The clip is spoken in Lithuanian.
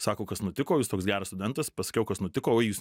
sako kas nutiko jūs toks geras studentas pasakiau kas nutiko o jūs